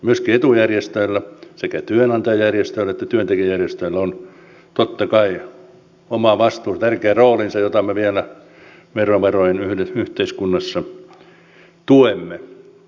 myöskin etujärjestöillä sekä työnantajajärjestöillä että työntekijäjärjestöillä on totta kai oma vastuunsa tärkeä roolinsa jota me vielä verovaroin yhteiskunnassa tuemme